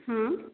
हां